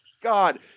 God